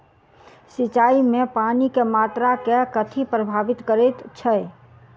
सिंचाई मे पानि केँ मात्रा केँ कथी प्रभावित करैत छै?